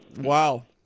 Wow